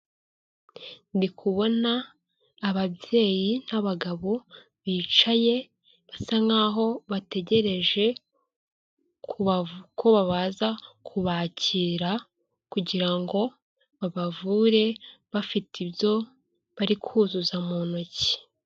Ndikubona ababyeyi n'abagabo bicaye basa nkaho bategereje ko baza kubakira kugira ngo babavure bafite ibyo bari kuzuza mu ntoki.